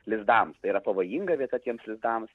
lizdams tai yra pavojinga vieta tiems lizdams